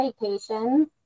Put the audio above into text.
vacations